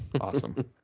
Awesome